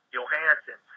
Johansson